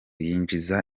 yinjiza